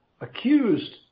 accused